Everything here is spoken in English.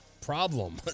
problem